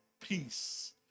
peace